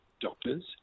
doctors